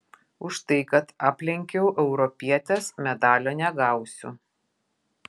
už tai kad aplenkiau europietes medalio negausiu